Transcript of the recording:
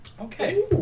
okay